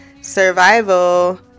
survival